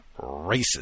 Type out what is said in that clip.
racist